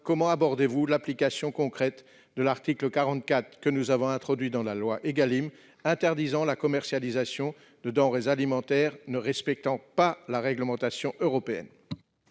comment abordez-vous l'application concrète de l'article 44 que nous avons introduit dans la loi Égalim, qui interdit la commercialisation de denrées alimentaires ne respectant pas la réglementation européenne ?